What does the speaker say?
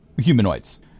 Humanoids